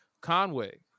Conway